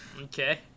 Okay